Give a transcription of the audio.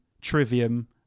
trivium